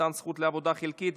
מתן זכות לעבודה חלקית),